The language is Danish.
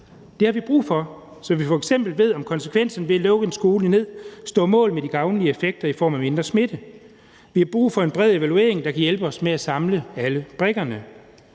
Det har vi brug for, så vi f.eks. ved, om konsekvensen ved at lukke en skole ned står mål med de gavnlige effekter i form af mindre smitte. Vi har brug for en bred evaluering, der kan hjælpe os med at samle alle brikkerne.